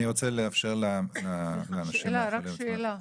רק שאלה,